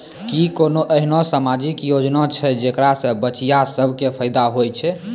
कि कोनो एहनो समाजिक योजना छै जेकरा से बचिया सभ के फायदा होय छै?